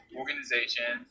organization